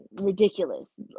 ridiculous